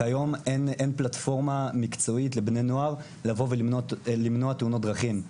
כיום אין פלטפורמה מקצועית לבני נוער לבוא ולמנוע תאונות דרכים.